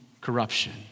corruption